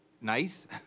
nice